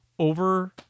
over